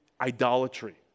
idolatry